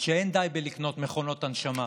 שאין די בקניית מכונות הנשמה